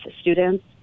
students